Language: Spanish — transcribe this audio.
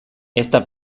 esta